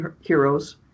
heroes